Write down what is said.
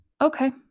okay